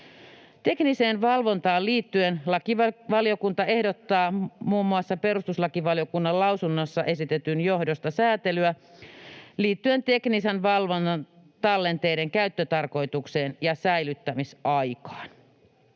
Tekniseen valvontaan liittyen lakivaliokunta ehdottaa muun muassa perustuslakivaliokunnan lausunnossa esitetyn johdosta säätelyä liittyen teknisen valvonnan tallenteiden käyttötarkoitukseen ja säilyttämisaikaan.